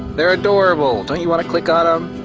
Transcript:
they're adorable. don't you want to click on them?